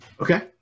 Okay